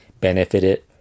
benefited